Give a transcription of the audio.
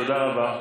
תודה רבה.